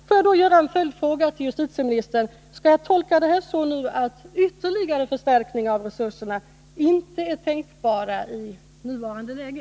Får jag då ställa en följdfråga till justitieministern: Skall jag tolka detta så att ytterligare förstärkningar av resurserna inte är tänkbara i nuvarande läge?